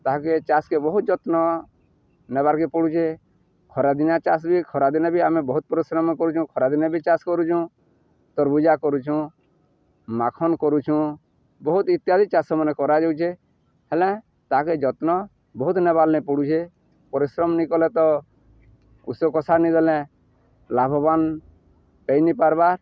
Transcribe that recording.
ତାହାକେ ଚାଷକେ ବହୁତ ଯତ୍ନ ନେବାର୍କେ ପଡ଼ୁଛେ ଖରାଦିନ ଚାଷ ବି ଖରାଦିନେ ବି ଆମେ ବହୁତ ପରିଶ୍ରମ କରୁଛୁଁ ଖରାଦିନେ ବି ଚାଷ କରୁଛୁଁ ତରଭୁଜା କରୁଛୁଁ ମାଖନ କରୁଛୁଁ ବହୁତ ଇତ୍ୟାଦି ଚାଷମାନେ କରାଯାଉଛେ ହେଲେ ତାହାକେ ଯତ୍ନ ବହୁତ ନେବାରନେ ପଡ଼ୁଛେ ପରିଶ୍ରମ ନି କଲେ ତ ଉଷ କଷାରାନ ଦେେଲେ ଲାଭବାନ ପେଇ ନି ପାର୍ବା